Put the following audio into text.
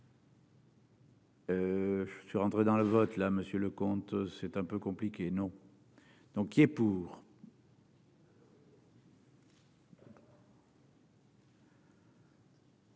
Je suis rentré dans le vote, là Monsieur le comte, c'est un peu compliqué non. Donc, il est pour.